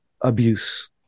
abuse